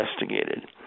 investigated